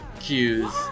cues